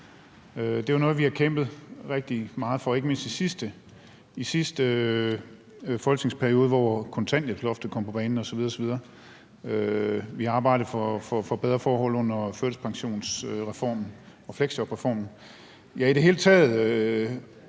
Det er jo noget, vi har kæmpet rigtig meget for, ikke mindst i sidste folketingssamling, hvor kontanthjælpsloftet kom på banen osv. osv. Vi har i det hele taget arbejdet for bedre forhold under førtidspensionsreformen og fleksjobreformen